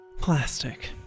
Plastic